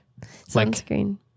Sunscreen